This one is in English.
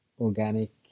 organic